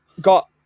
got